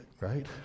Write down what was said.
right